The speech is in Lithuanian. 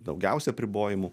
daugiausia apribojimų